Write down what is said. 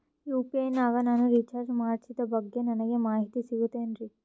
UPI ನಾಗ ನಾನು recharge ಮಾಡಿಸಿದ ಬಗ್ಗೆ ನನಗೆ ಮಾಹಿತಿ ಸಿಗುತೇನ್ರೀ?